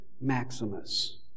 Maximus